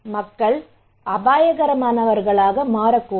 மக்கள் அபாயகரமானவர்களாக மாறக்கூடும்